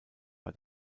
war